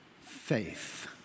faith